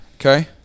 Okay